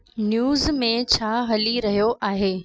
news में छा हली रहियो आहे